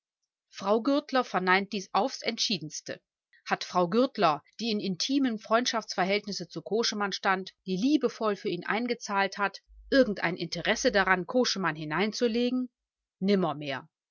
frau gürtler verneint dies aufs entschiedenste hat frau gürtler die in intimem freundschaftsverhältnisse zu koschemann stand die liebevoll für ihn eingezahlt hat irgendein interesse daran koschemann hineinzulegen